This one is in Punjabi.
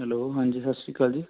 ਹੈਲੋ ਹਾਂਜੀ ਸਤਿ ਸ਼੍ਰੀ ਅਕਾਲ